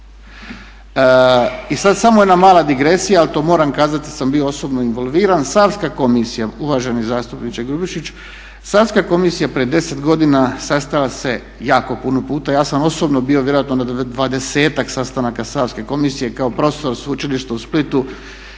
I sad samo jedna mala digresija ali to moram kazati jer sam bio osobno involviran, Savska komisija, uvaženi zastupniče Grubišić, Savska komisija prije 10 godina sastala se jako puno puta, ja sam osobno bio vjerojatno na 20-ak sastanaka Savske komisije kao prof. Sveučilišta u Splitu